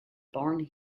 born